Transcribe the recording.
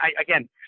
again